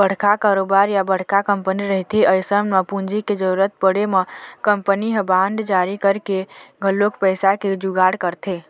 बड़का कारोबार या बड़का कंपनी रहिथे अइसन म पूंजी के जरुरत पड़े म कंपनी ह बांड जारी करके घलोक पइसा के जुगाड़ करथे